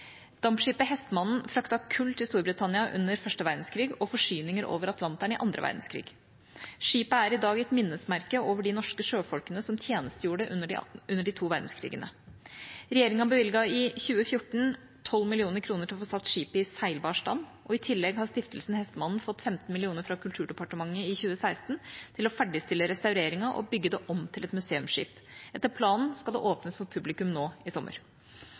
Dampskipet «Hestmanden» fraktet kull til Storbritannia under første verdenskrig og forsyninger over Atlanteren i andre verdenskrig. Skipet er i dag et minnesmerke over de norske sjøfolkene som tjenestegjorde under de to verdenskrigene. Regjeringa bevilget i 2014 12 mill. kr til å få satt skipet i seilbar stand, og i tillegg har Stiftelsen Hestmanden fått 15 mill. kr fra Kulturdepartementet i 2016 til å ferdigstille restaureringen og bygge det om til et museumsskip. Etter planen skal det åpnes for publikum nå i sommer.